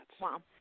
Wow